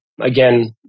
again